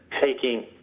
taking